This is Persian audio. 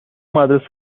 مدرسه